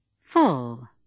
Full